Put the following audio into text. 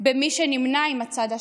במי שנמנה עם הצד השני.